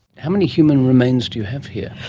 how many human remains do you have here?